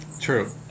True